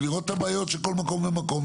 לראות את הבעיות של כל מקום ומקום,